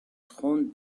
trône